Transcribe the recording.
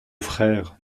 frères